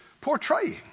portraying